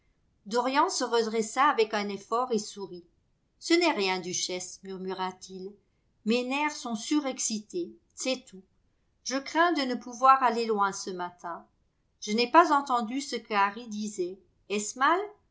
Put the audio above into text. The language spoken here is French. dorian se redressa avec un effort et sourit ce n'est rien duchesse murmura-t-il mes nerfs sont surexcités c'est tout je crains de ne pouvoir aller loin ce matin je n'ai pas entendu ce qu'harry disait est-ce mal